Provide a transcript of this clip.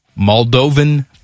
Moldovan